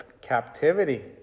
captivity